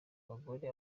bagore